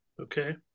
Okay